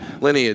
lineage